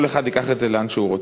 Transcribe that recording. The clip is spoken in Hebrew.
כל אחד ייקח את זה לאן שהוא רוצה.